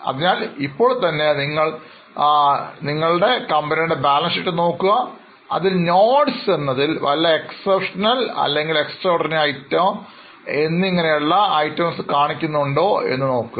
അതിനാൽ ഇപ്പോൾ തന്നെ നിങ്ങൾ നിങ്ങളുടെ കമ്പനിയുടെ ബാലൻസ് ഷീറ്റ് നോക്കുക അതിൽ notes എന്ന വിഭാഗത്തിൽ വല്ല Exceptional or extraordinary items പറ്റി പറയുന്നുണ്ടോ എന്ന് നോക്കൂ